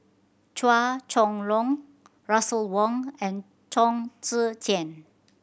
Chua Chong Long Russel Wong and Chong Tze Chien